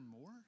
more